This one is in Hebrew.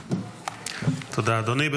תודה, אדוני.